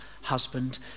husband